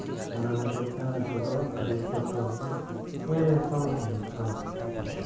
ᱚᱱᱟ ᱠᱷᱟᱹᱛᱤᱨ ᱛᱮ ᱩᱱᱠᱩ ᱫᱚ ᱟᱹᱰᱤ ᱠᱚᱥᱴᱚ ᱜᱮ ᱧᱮᱞ ᱧᱟᱯᱟᱢᱮ ᱦᱩᱭᱩᱜᱼᱟ